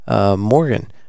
Morgan